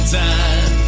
time